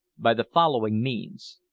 by the following means.